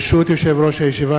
ברשות יושב-ראש הישיבה,